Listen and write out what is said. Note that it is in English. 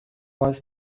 was